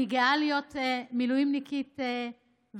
אני גאה להיות מילואימניקית ולשרת,